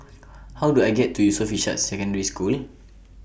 How Do I get to Yusof Ishak Secondary School